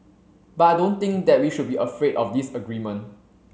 but I don't think that we should be afraid of disagreement